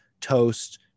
toast